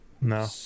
No